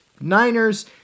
Niners